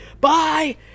bye